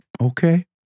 okay